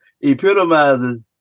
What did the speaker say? epitomizes